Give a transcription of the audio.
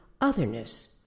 otherness